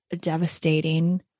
devastating